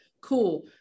cool